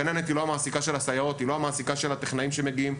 הגננת היא לא המעסיקה של הסייעות והיא לא המעסיקה של הטכנאים שמגיעים.